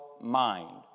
mind